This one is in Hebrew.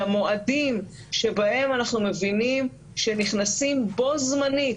למועדים שבהם אנחנו מבינים שנכנסים בו זמנית,